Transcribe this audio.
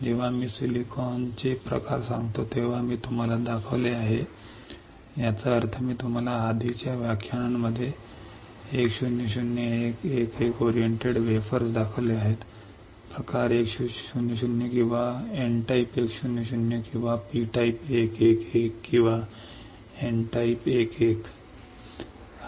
जेव्हा मी सिलिकॉनचे प्रकार सांगतो तेव्हा मी तुम्हाला दाखवले आहे याचा अर्थ मी तुम्हाला आधीच्या व्याख्यानांमध्ये 1 0 0 1 1 1 ओरिएंटेड वेफर्स दाखवले आहेत प्रकार 1 0 0 किंवा N type 1 0 0 किंवा P type 1 1 1 किंवा N type 1 1